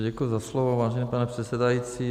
Děkuji za slovo, vážený pane předsedající.